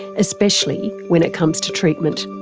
especially when it comes to treatment.